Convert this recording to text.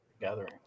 Gathering